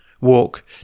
walk